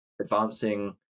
advancing